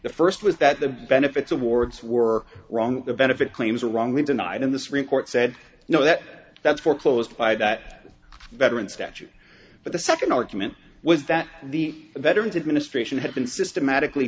the first was that the benefits awards were wrong the benefit claims were wrongly denied and this report said no that that's foreclosed by that veteran statute but the second argument was that the veterans administration had been systematically